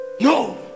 no